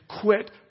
quit